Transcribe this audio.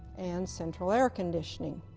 and central air conditioning.